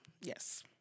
Yes